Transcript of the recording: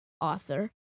author